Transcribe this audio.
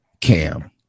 Cam